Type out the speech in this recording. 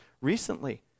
recently